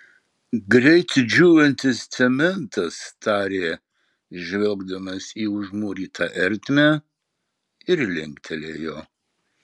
greit džiūvantis cementas tarė žvelgdamas į užmūrytą ertmę ir linktelėjo